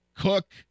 Cook